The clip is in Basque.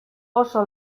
oso